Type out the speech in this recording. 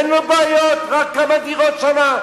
אין לו בעיות, רק כמה דירות שמה?